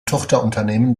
tochterunternehmen